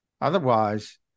Otherwise